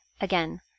Again